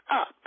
up